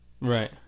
Right